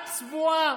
את צבועה.